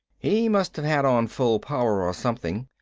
he must have had on full power or something,